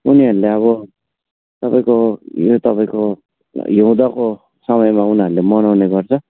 उनीहरूले अब तपाईँको यो तपाईँको हिउँदको समयमा उनीहरूले मनाउने गर्छ